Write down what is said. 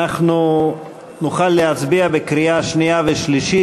אנחנו נוכל להצביע בקריאה שנייה ושלישית.